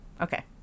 okay